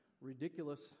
ridiculous